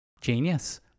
Genius